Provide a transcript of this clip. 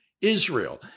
Israel